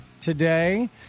today